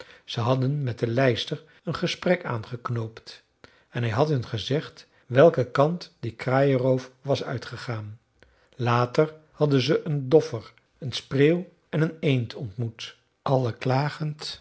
ze hadden met de lijster een gesprek aangeknoopt en hij had hun gezegd welken kant die kraaienroof was uitgegaan later hadden ze een doffer een spreeuw en een eend ontmoet alle klagend